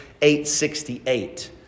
868